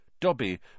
Dobby